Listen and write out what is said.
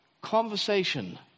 conversation